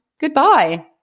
goodbye